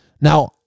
Now